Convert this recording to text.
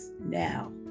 now